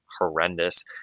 horrendous